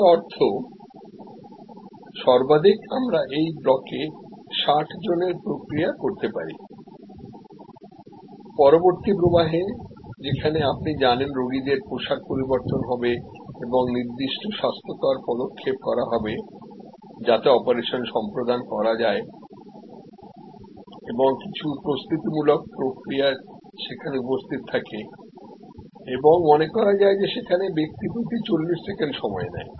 যার অর্থ সর্বাধিক আমরা এই ব্লকে 60 জনের প্রক্রিয়া করতে পারি পরবর্তী প্রবাহে যেখানে আপনি জানেন রোগীদের পোশাক পরিবর্তন হবে এবং নির্দিষ্ট স্বাস্থ্যকর পদক্ষেপ করা হবে যাতে অপারেশন সম্পাদন করা যায় এবং কিছু প্রস্তুতিমূলক প্রক্রিয়া সেখানে উপস্থিত থাকে এবং মনে করা যায় যে সেখানে ব্যক্তি প্রতি 40 সেকেন্ড সময় নেয়